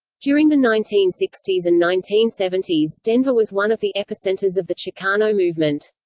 during the nineteen sixty s and nineteen seventy s, denver was one of the epicenters of the chicano movement.